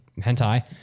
hentai